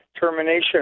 termination